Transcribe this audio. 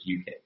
UK